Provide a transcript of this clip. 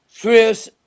Chris